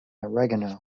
oregano